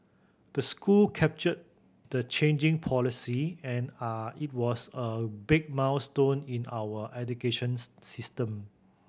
the school captured the changing policy and are it was a big milestone in our educations system